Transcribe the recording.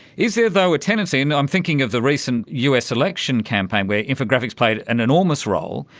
is there though a tendency, and am thinking of the recent us election campaign where infographics played an enormous role.